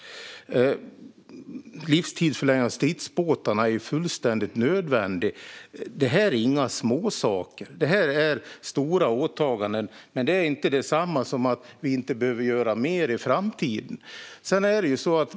Livstidsförlängningen när det gäller stridsbåtarna är fullständigt nödvändig. Detta är inga småsaker. Det är stora åtaganden, men det är inte detsamma som att vi inte behöver göra mer i framtiden.